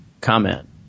comment